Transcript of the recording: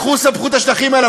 לכו ספחו את השטחים האלה.